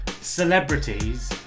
celebrities